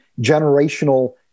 generational